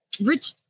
rich